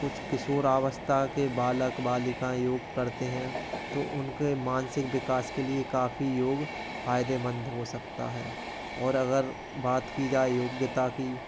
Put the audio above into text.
कुछ किशोरावस्था के बालक बालिकाँ योग करते हैं तो उनके मानसिक विकास के लिए काफ़ी योग फायदेमंद हो सकता है और अगर बात की जाए योग्यता की